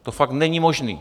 To fakt není možné.